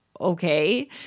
okay